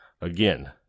again